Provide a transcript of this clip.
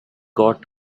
got